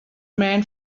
men